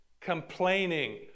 complaining